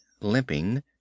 limping